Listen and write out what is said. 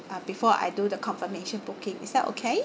uh before I do the confirmation booking is that okay